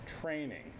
training